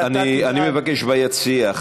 אני מבקש ביציע,